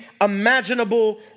imaginable